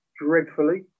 dreadfully